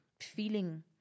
feeling